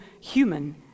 human